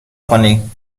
کنی